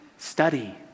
Study